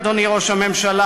אדוני ראש הממשלה,